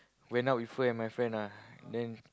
went out with her and my friend ah then